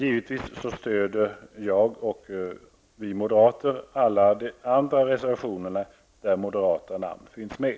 Givetvis stöder jag och övriga moderater alla andra reservationer som har undertecknats av moderater.